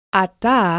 ata